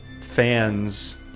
fans